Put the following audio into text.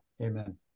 Amen